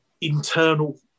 internal